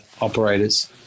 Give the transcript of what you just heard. operators